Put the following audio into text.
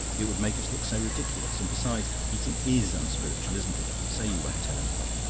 it would make us look so ridiculous. and besides, eating is unspiritual, isn't it? say you won't tell anyone